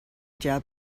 job